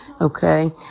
Okay